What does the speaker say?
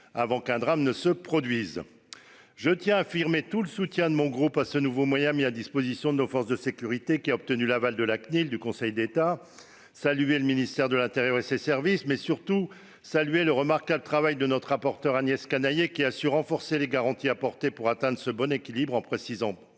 avant qu'un drame se produise. Je tiens à affirmer tout le soutien de mon groupe à ce nouveau moyen mis à disposition de nos forces de sécurité, qui a obtenu l'aval de la Cnil et du Conseil d'État. Je veux ici saluer le ministère de l'intérieur et ses services, mais surtout le remarquable travail de notre rapporteur Agnès Canayer, qui a su renforcer les garanties apportées pour atteindre le bon équilibre, en précisant